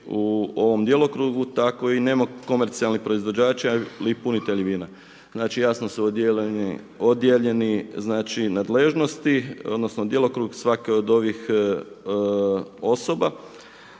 u ovom djelokrugu tako i nema komercijalnih proizvođača ili punitelji vina. Znači jasno su odijeljeni, znači nadležnosti odnosno djelokrug svake od ovih osoba